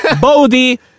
Bodhi